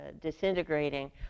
disintegrating